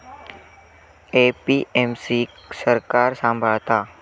APMC क सरकार सांभाळता